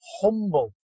Humble